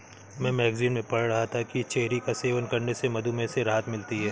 मैं मैगजीन में पढ़ रहा था कि चेरी का सेवन करने से मधुमेह से राहत मिलती है